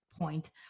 point